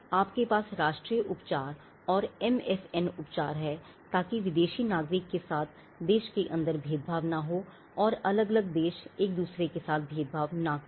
आपके पास राष्ट्रीय उपचार और MFN उपचार है ताकि विदेशी नागरिक के साथ देश के अंदर भेदभाव ना हो और अलग अलग देश एक दूसरे के साथ भेदभाव ना करें